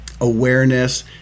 awareness